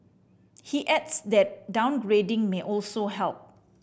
he adds that downgrading may also help